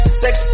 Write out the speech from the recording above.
sex